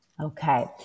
Okay